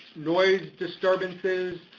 noise disturbances,